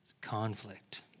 Conflict